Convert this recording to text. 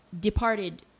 departed